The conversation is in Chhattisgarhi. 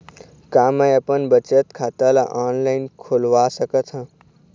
का मैं अपन बचत खाता ला ऑनलाइन खोलवा सकत ह?